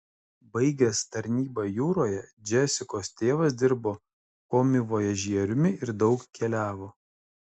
baigęs tarnybą jūroje džesikos tėvas dirbo komivojažieriumi ir daug keliavo